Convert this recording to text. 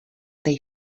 dei